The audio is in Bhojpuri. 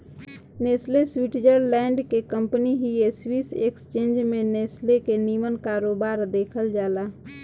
नेस्ले स्वीटजरलैंड के कंपनी हिय स्विस एक्सचेंज में नेस्ले के निमन कारोबार देखल जाला